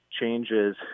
changes